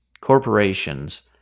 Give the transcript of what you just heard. corporations